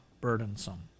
burdensome